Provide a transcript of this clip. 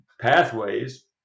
pathways